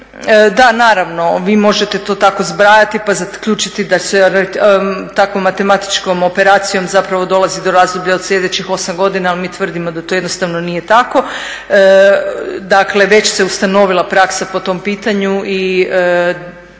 da naravno, vi možete tako zbrajati pa zaključiti da se takvom matematičkom operacijom dolazi do razdoblja od sljedećih osam godina, a mi tvrdimo da to jednostavno nije tako, dakle već se ustanovila praksa po tom pitanju i